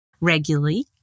regularly